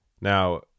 Now